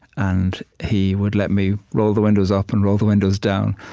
and he would let me roll the windows up and roll the windows down,